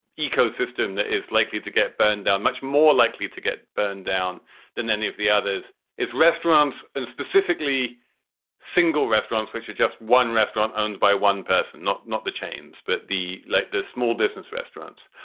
ecosystem that is likely to get burned down, much more likely to get burned down than any of the others is restaurants and specifically single restaurants, which are just one restaurant owned by one person. not not the. but the like the small distance restaurants.